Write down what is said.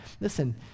Listen